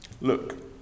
Look